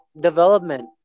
development